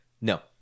No